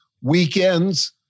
weekends